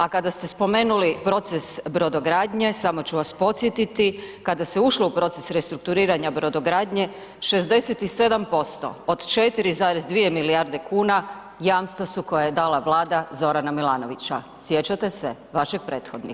A kada ste spomenuli proces brodogradnje, samo ću vas podsjetiti, kada se ušlo u proces restrukturiranja brodogradnje 67% od 4,2 milijarde kuna jamstva su koja je dala vlada Zorana Milanovića, sjećate se vašeg prethodnika?